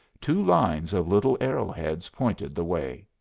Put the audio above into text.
two lines of little arrow-heads pointed the way.